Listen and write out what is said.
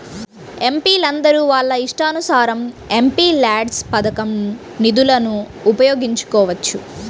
ఎంపీలందరూ వాళ్ళ ఇష్టానుసారం ఎంపీల్యాడ్స్ పథకం నిధులను ఉపయోగించుకోవచ్చు